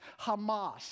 Hamas